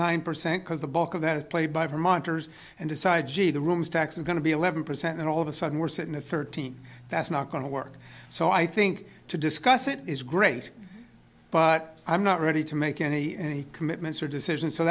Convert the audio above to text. nine percent because the bulk of that is played by vermonters and decide gee the rooms tax is going to be eleven percent and all of a sudden we're sitting at thirteen that's not going to work so i think to discuss it is great but i'm not ready to make any any commitments or decision so